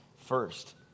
first